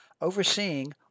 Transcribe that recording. overseeing